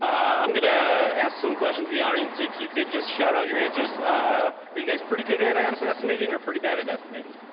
um i'm gonna ask some questions of the audience. if you could just shout out your answers. are you guys pretty good at and estimating? or pretty bad at estimating?